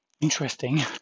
Interesting